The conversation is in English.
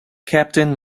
captain